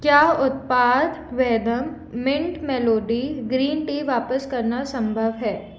क्या उत्पाद Vahdam mint melody green tea वापस करना संभव है